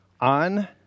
on